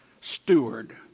steward